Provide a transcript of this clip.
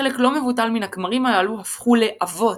חלק לא מבוטל מן הכמרים הללו הפכו ל'אבות'